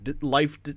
life